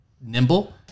nimble